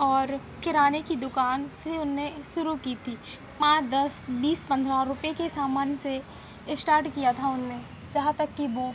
और किराने की दुकान से उन्होंने शुरू की थी पाँच दस बीस पंद्रह रुपये के सामान से इस्टार्ट किया था उनने जहाँ तक कि वो